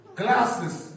glasses